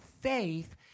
faith